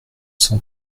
cent